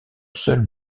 seule